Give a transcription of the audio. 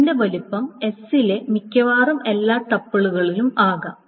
ഇതിന്റെ വലിപ്പം s ലെ മിക്കവാറും എല്ലാ ടപ്പിലുകളിലും ആകാം